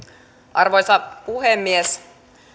arvoisa puhemies